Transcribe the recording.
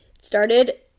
started